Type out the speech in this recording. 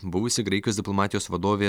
buvusi graikijos diplomatijos vadovė